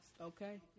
okay